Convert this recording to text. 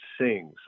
sings